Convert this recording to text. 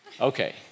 Okay